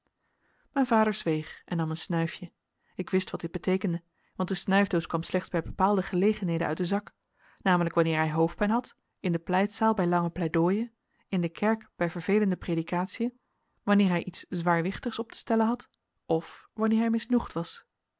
mijn vader zweeg en nam een snuifje ik wist wat dit beteekende want de snuifdoos kwam slechts bij bepaalde gelegenheden uit den zak namelijk wanneer hij hoofdpijn had in de pleitzaal bij lange pleidooien in de kerk bij vervelende predikatiën wanneer hij iets zwaarwichtigs op te stellen had of wanneer hij misnoegd was